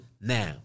now